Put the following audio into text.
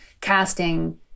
casting